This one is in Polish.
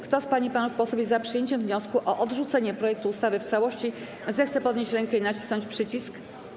Kto z pań i panów posłów jest za przyjęciem wniosku o odrzucenie projektu ustawy w całości, zechce podnieść rękę i nacisnąć przycisk.